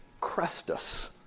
Crestus